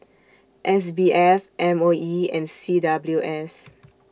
S B F M O E and C W S